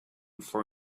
for